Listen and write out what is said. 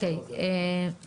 לגבי ה-CT וה-MRI.